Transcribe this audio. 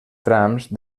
trams